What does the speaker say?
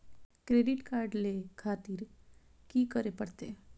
Credit card ले खातिर की करें परतें?